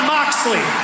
Moxley